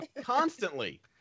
Constantly